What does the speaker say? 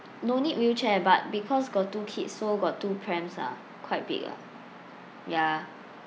no need wheelchair but because got two kids so got two prams ah quite big ah ya